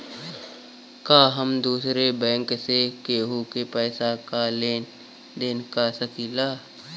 का हम दूसरे बैंक से केहू के पैसा क लेन देन कर सकिला?